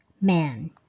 man